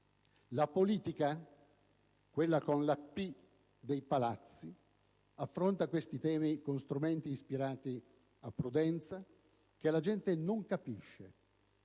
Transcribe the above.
La politica, quella con la «P» dei Palazzi, affronta questi temi con strumenti ispirati a prudenza che la gente non capisce,